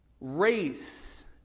race